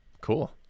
cool